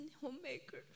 homemaker